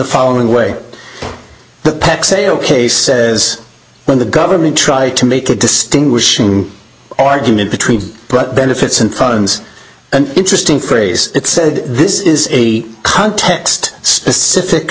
following way the pack say ok says when the government try to make a distinguishing argument between pratt benefits and funds an interesting phrase it said this is a context specific